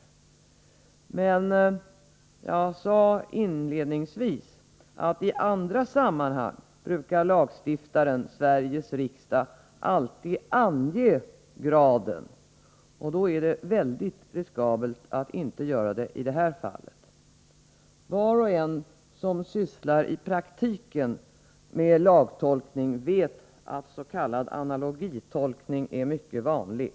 Jag sade inledningsvis att i andra sammanhang brukar lagstiftaren, Sveriges riksdag, alltid ange graden, och därför är det väldigt riskabelt att inte göra det i det här fallet. Var och en som i praktiken sysslar med lagtolkning vet att s.k. analogitolkning är mycket vanlig.